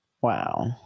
Wow